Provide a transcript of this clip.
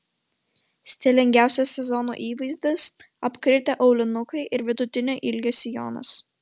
stilingiausias sezono įvaizdis apkritę aulinukai ir vidutinio ilgio sijonas